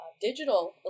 digital